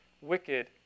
wicked